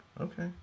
Okay